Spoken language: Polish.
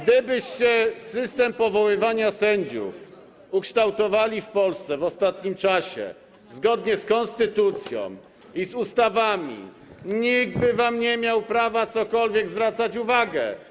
Gdybyście system powoływania sędziów ukształtowali w Polsce w ostatnim czasie zgodnie z konstytucją i z ustawami, nikt by wam nie miał prawa na cokolwiek zwracać uwagę.